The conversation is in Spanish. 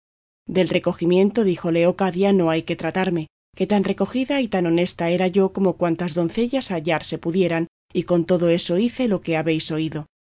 del recogimiento dijo leocadia no hay que tratarme que tan recogida y tan honesta era yo como cuantas doncellas hallarse pudieran y con todo eso hice lo que habéis oído